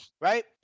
Right